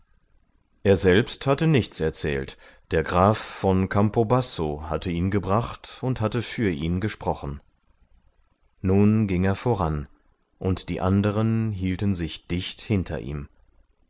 er selbst hatte nichts erzählt der graf von campobasso hatte ihn gebracht und hatte für ihn gesprochen nun ging er voran und die anderen hielten sich dicht hinter ihm